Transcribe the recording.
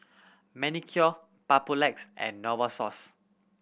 Manicare Papulex and Novosource